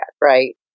right